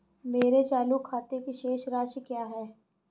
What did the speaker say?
मेरे चालू खाते की शेष राशि क्या है?